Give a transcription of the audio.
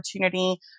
opportunity